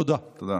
תודה.